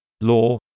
law